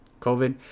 COVID